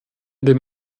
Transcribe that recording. dem